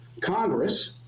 Congress